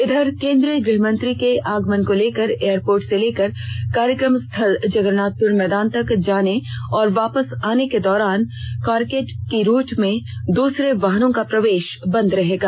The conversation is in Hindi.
इधर केंद्रीय गृहमंत्री के आगमन को लेकर एयरपोर्ट से लेकर कार्यक्रम स्थल जगन्नाथपुर मैदान तक जाने और वापस आने के दौरान कारकेड की रूट में दूसरे वाहनों का प्रवेश बंद रहेगा